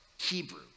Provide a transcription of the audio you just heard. Hebrew